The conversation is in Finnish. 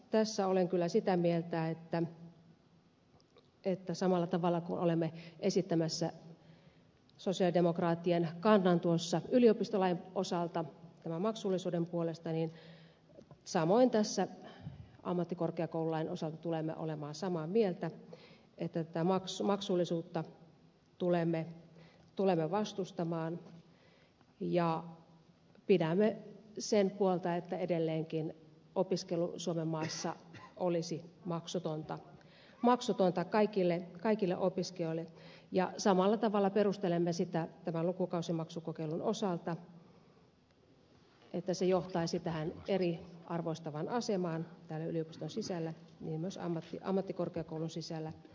tässä olen kyllä sitä mieltä että samalla tavalla kuin olemme esittämässä sosialidemokraattien kannan tuossa yliopistolain osalta tämän maksuttomuuden puolesta samoin tässä ammattikorkeakoululain osalta tulemme olemaan samaa mieltä että tätä maksullisuutta tulemme vastustamaan ja pidämme sen puolta että edelleenkin opiskelu suomen maassa olisi maksutonta kaikille opiskelijoille ja samalla tavalla perustelemme sitä tämän lukukausimaksukokeilun osalta että se johtaisi eriarvoistavaan asemaan täällä yliopiston sisällä niin myös ammattikorkeakoulun sisällä